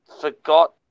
forgot